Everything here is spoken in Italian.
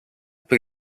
per